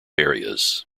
areas